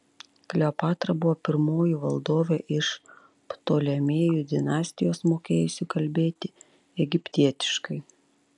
kleopatra buvo pirmoji valdovė iš ptolemėjų dinastijos mokėjusi kalbėti egiptietiškai